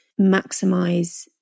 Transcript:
maximize